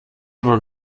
aber